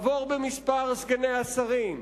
עבור במספר סגני השרים,